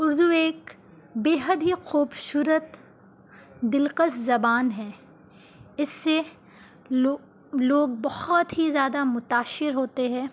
اردو ایک بے حد ہی خوبصورت دلکش زبان ہے اس سے لو لوگ بہت ہی زیادہ متاثر ہوتے ہیں